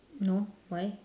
no why